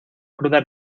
cruda